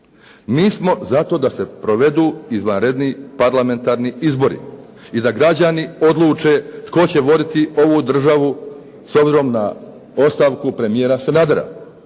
Mi smo da se provedu izvanredni parlamentarni izbori. I da građani odluče tko će voditi ovu državu s obzirom na ostavku premijera Sanadera.